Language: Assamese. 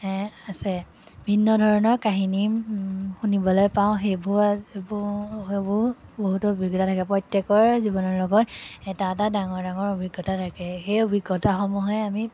এ আছে ভিন্ন ধৰণৰ কাহিনী শুনিবলৈ পাওঁ সেইবো সেইবোৰ সেইবোৰ বহুতো অভিজ্ঞতা থাকে প্ৰত্যেকৰ জীৱনৰ লগত এটা এটা ডাঙৰ ডাঙৰ অভিজ্ঞতা থাকে সেই অভিজ্ঞতাসমূহে আমি